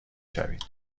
شوید